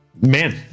man